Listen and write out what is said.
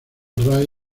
ray